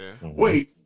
Wait